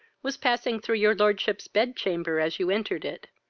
was passing through your lordship's bedchamber as you entered it.